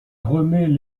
remet